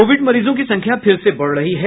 Covid मरीजों की संख्या फिर से बढ़ रही है